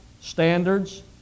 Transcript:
standards